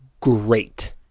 great